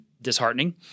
disheartening